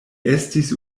estis